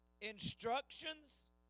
instructions